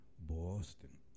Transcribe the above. Boston